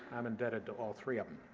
i'm indebted to all three um